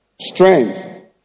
strength